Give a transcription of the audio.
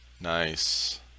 Nice